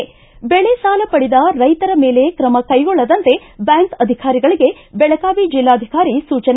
ಿ ಬೆಳೆಸಾಲ ಪಡೆದ ರೈತರ ಮೇಲೆ ಕ್ರಮ ಕೈಗೊಳ್ಳದಂತೆ ಬ್ಯಾಂಕ್ ಅಧಿಕಾರಿಗಳಿಗೆ ಬೆಳಗಾವಿ ಬೆಲ್ಲಾಧಿಕಾರಿ ಸೂಚನೆ